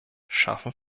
schaffen